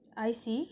I_C